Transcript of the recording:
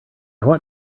want